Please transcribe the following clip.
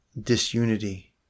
disunity